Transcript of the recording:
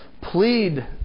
Plead